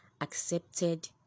accepted